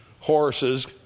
horses